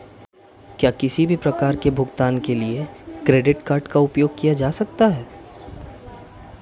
क्या किसी भी प्रकार के भुगतान के लिए क्रेडिट कार्ड का उपयोग किया जा सकता है?